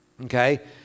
Okay